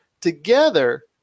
together